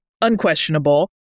unquestionable